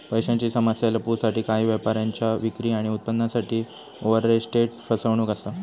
पैशांची समस्या लपवूसाठी काही व्यापाऱ्यांच्या विक्री आणि उत्पन्नासाठी ओवरस्टेट फसवणूक असा